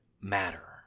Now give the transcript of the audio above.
matter